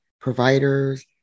providers